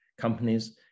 companies